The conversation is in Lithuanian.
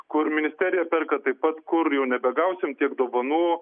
kur ministerija perka taip pat kur jau nebegausim tiek dovanų